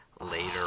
Later